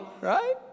right